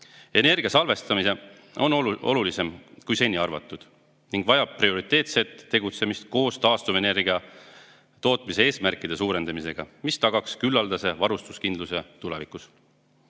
Energia salvestamine on olulisem, kui seni arvatud, ning vajab prioriteetset tegutsemist koos taastuvenergia tootmise eesmärkide suurendamisega, tagamaks küllaldane varustuskindlus tulevikus.